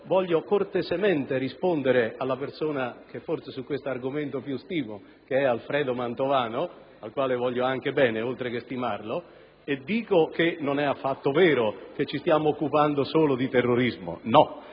voglio cortesemente rispondere alla persona che forse su questo argomento più stimo, che è Alfredo Mantovano, al quale voglio anche bene: non è affatto vero che ci stiamo occupando solo di terrorismo, ma